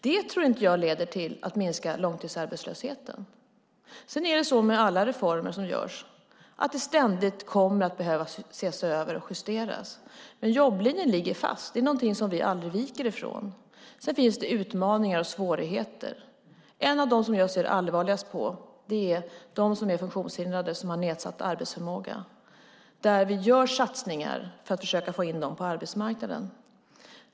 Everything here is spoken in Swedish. Det tror inte jag leder till att minska långtidsarbetslösheten. Som med alla reformer som görs kommer de ständigt att behöva ses över och justeras, men jobblinjen ligger fast. Det är någonting som vi aldrig viker från. Sedan finns det utmaningar och svårigheter. En av dem som jag ser allvarligast på gäller dem som är funktionshindrade och som har nedsatt arbetsförmåga - vi gör satsningar för att försöka få in dem på arbetsmarknaden.